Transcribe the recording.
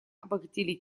обогатили